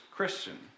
Christian